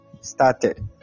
started